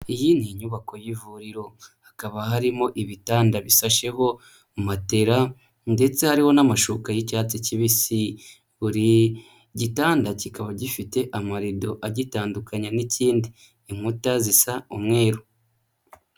Iyi ni inyubako y'ivuriro hakaba harimo ibitanda bifasheho matela ndetse hariho n'amashuka y'icyatsi kibisi, buri gitanda kikaba gifite amarido agitandukanya n'ikindi, inkuta zisa umweru.